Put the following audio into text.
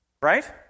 Right